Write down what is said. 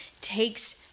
takes